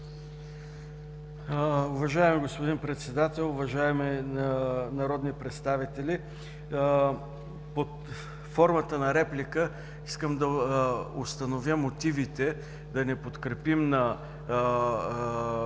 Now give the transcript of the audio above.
Уважаеми господин Председател, уважаеми народни представители! Под формата на реплика искам да установя мотивите да не подкрепим на